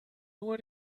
nur